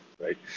right